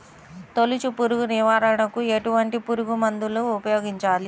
తొలుచు పురుగు నివారణకు ఎటువంటి పురుగుమందులు ఉపయోగించాలి?